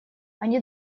они